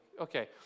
okay